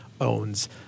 owns